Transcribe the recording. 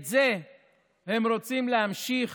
את זה הם רוצים להמשיך